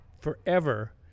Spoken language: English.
forever